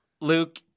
Luke